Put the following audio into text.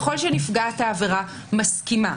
ככל שנפגעת העבירה מסכימה,